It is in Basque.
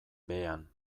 behean